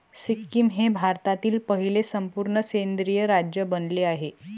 सिक्कीम हे भारतातील पहिले संपूर्ण सेंद्रिय राज्य बनले आहे